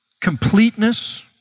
completeness